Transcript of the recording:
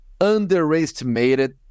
underestimated